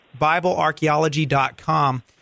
BibleArchaeology.com